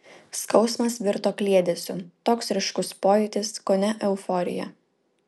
skausmas virto kliedesiu toks ryškus pojūtis kone euforija